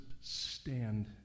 stand